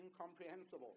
incomprehensible